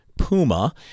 Puma